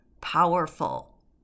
powerful